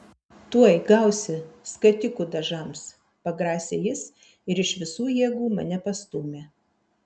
tuoj gausi skatikų dažams pagrasė jis ir iš visų jėgų mane pastūmė